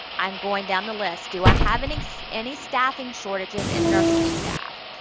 i'm going down the list. do i have any so any staffing shortages in nursing staff,